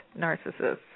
narcissists